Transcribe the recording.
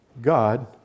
God